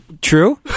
True